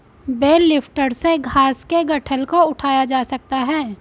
bell lifter से घास के गट्ठल को उठाया जा सकता है